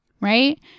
right